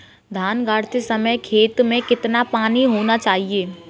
धान गाड़ते समय खेत में कितना पानी होना चाहिए?